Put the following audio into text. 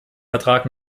vertrag